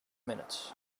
minutes